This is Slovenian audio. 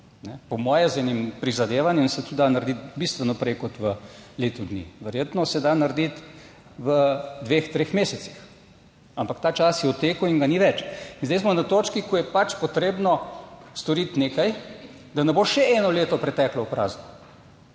po moje, z enim prizadevanjem se to da narediti bistveno prej kot v letu dni. Verjetno se da narediti v dveh, treh mesecih, ampak ta čas je v teku in ga ni več. In zdaj smo na točki, ko je pač potrebno storiti nekaj, da ne bo še eno leto preteklo v prazno.